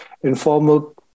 informal